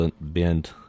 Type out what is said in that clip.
bend